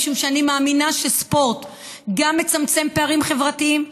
משום שאני מאמינה שספורט גם מצמצם פערים חברתיים.